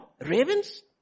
Ravens